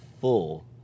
full